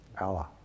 Allah